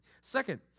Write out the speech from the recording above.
Second